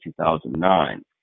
2009